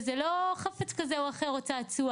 זה לא חפץ כזה או אחר או צעצוע.